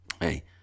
hey